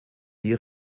die